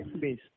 base